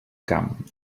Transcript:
camp